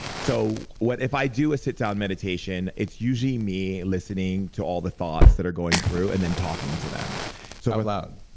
so if i do a sit-down meditation, it's usually me listening to all the thoughts that are going through and then talking to them so out loud?